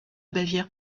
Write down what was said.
bavière